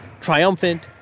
triumphant